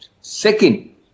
Second